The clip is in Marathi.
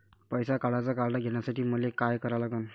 पैसा काढ्याचं कार्ड घेण्यासाठी मले काय करा लागन?